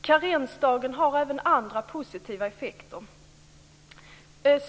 Karensdagen har även andra positiva effekter.